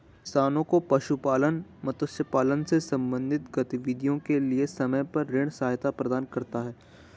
किसानों को पशुपालन, मत्स्य पालन से संबंधित गतिविधियों के लिए समय पर ऋण सहायता प्रदान करता है